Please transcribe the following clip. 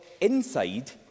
inside